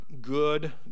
good